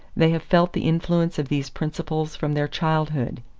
they have felt the influence of these principles from their childhood.